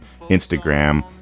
Instagram